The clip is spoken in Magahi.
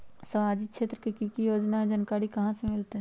सामाजिक क्षेत्र मे कि की योजना है जानकारी कहाँ से मिलतै?